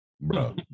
Bro